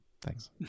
thanks